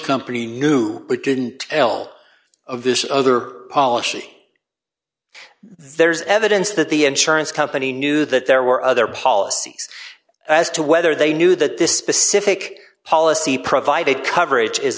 company knew we didn't tell of this other policy there's evidence that the insurance company knew that there were other policies as to whether they knew that this specific policy provided coverage is